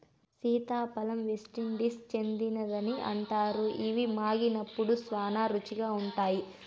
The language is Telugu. సీతాఫలం వెస్టిండీస్కు చెందినదని అంటారు, ఇవి మాగినప్పుడు శ్యానా రుచిగా ఉంటాయి